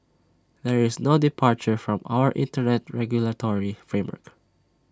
there is no departure from our Internet regulatory framework